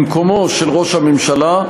במקומו של ראש הממשלה,